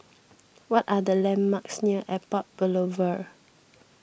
what are the landmarks near Airport Boulevard